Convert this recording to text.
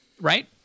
Right